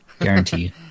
Guarantee